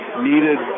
Needed